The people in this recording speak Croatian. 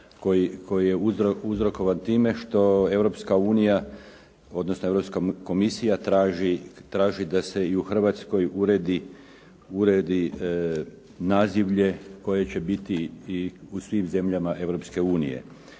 koji je uzrokovan time što Europska unija odnosno Europska komisija traži da se i u Hrvatskoj uredi nazivlje koje će biti i u svim zemljama Europske unije.